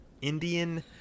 Indian